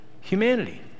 Humanity